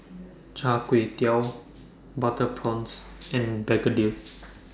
Char Kway Teow Butter Prawns and Begedil